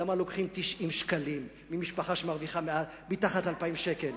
למה לוקחים 90 שקלים ממשפחה שמרוויחה מתחת ל-2,000 שקל?